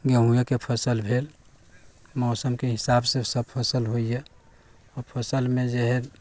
गेहूँएके फसल भेल मौसमके हिसाबसँ सभ फसल होइए फसलमे जे हइ